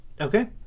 Okay